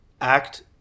act